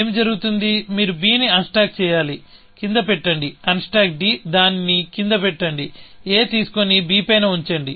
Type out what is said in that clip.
ఏమి జరుగుతుంది మీరు b ని అన్స్టాక్ చేయాలి కింద పెట్టండి అన్స్టాక్ d దానిని కింద పెట్టండి a తీసుకోని b పైన ఉంచండి